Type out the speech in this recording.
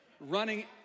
running